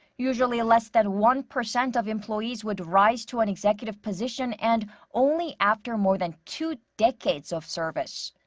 usually, less than one percent of employees would rise to an executive position. and only after more than two decades of service.